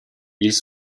ils